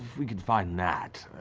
we could find that,